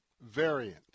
variant